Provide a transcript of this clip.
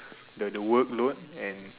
the the work load and